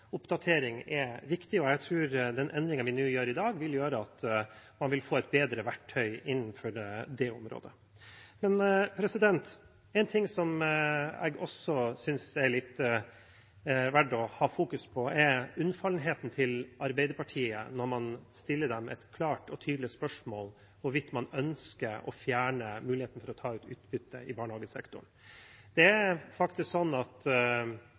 oppdatering, er viktig, og jeg tror den endringen vi gjør i dag, vil gjøre at man vil få et bedre verktøy innenfor det området. Noe jeg også synes det er verdt å fokusere på, er unnfallenheten til Arbeiderpartiet når man stiller dem et klart og tydelig spørsmål om hvorvidt man ønsker å fjerne muligheten for å ta ut utbytte i barnehagesektoren. Det er faktisk sånn at